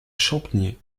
champniers